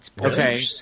Okay